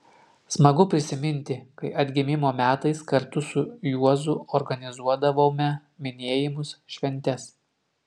smagu prisiminti kai atgimimo metais kartu su juozu organizuodavome minėjimus šventes